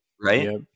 Right